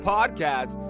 Podcast